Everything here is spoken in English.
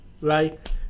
right